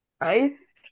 Ice